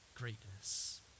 greatness